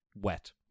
wet